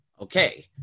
Okay